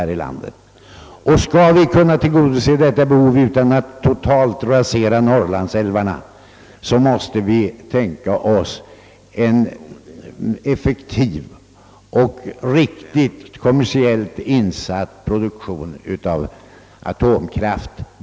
Skall vi kunna tillgodose detta behov utan att totalt förstöra norrlandsälvarna, måste vi tänka oss en effektiv och riktig, kommersiellt insatt produktion av atomkraft.